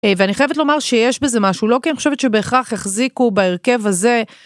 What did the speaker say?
ואני חייבת לומר שיש בזה משהו לא כי אני חושבת שבהכרח החזיקו בהרכב הזה